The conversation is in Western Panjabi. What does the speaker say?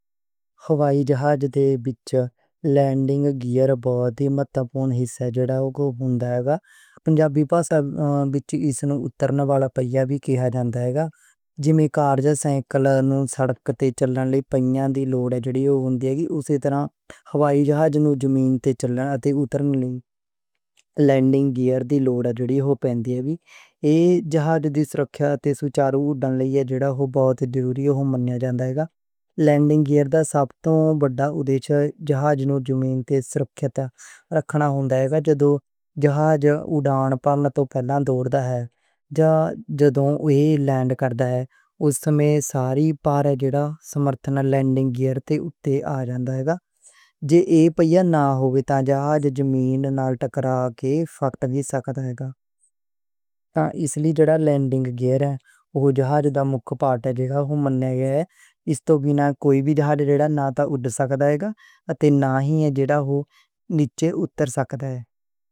ہوائی جہاز دے وچ لینڈنگ گیئر جہاز نوں زمین تے چلن، ٹیک آف تے لینڈ کرن وقت سہارا دن دا اے۔ ایہ جھٹکے جذب کر دا، بریکنگ تے اسٹیئرنگ وچ مدد کر دا تے وزن وੰਡ کے ڈھانچے نوں بچا دا اے۔ اس نوں پنجابی وچ اترن والا پئیہ وی آکھیا جاندا اے۔ بغیر لینڈنگ گیئر دے جہاز نہ ٹیک آف کر سکدا اے تے نہ ہی محفوظ طریقے نال لینڈ کر سکدا اے۔